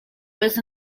was